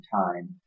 time